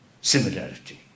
similarity